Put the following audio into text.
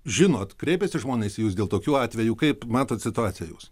žinot kreipiasi žmonės į jus dėl tokių atvejų kaip matot situaciją jus